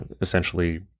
essentially